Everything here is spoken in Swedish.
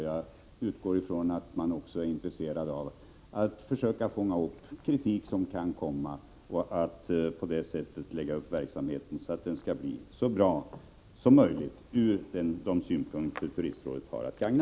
Jag utgår från att rådet även försöker fånga upp kritik som kan komma, för att sedan lägga upp verksamheten på ett sådant sätt att den blir så bra som möjligt med hänsyn till de intressen som turistrådet har att gagna.